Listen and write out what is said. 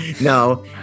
No